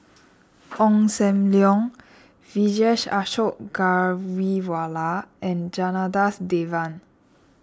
Ong Sam Leong Vijesh Ashok Ghariwala and Janadas Devan